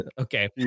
Okay